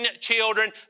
children